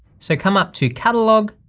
so come up to catalog,